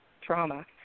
trauma